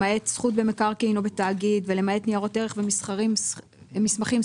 למעט זכות במקרקעין או בתאגיד ולמעט ניירות ערך ומסמכים סחירים."